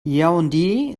yaoundé